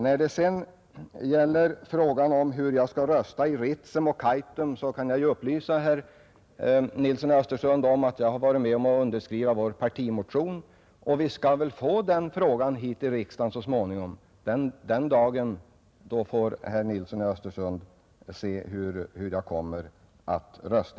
När det sedan gäller hur jag skall rösta i Ritsemoch Kaitumfrågorna kan jag upplysa herr Nilsson i Östersund om att jag har varit med om att skriva under vår partimotion. Frågan skall väl så småningom komma till riksdagen, och den dagen får herr Nilsson se hur jag kommer att rösta.